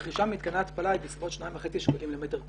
הרכישה במתקני התפלה היא בסביבות 2.5 שקלים למטר קוב,